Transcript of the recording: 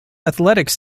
athletics